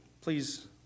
please